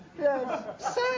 Yes